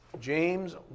James